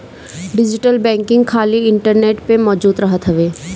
digital banking खाली internet पअ मौजूद रहत हवे